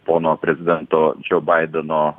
pono prezidento džo baideno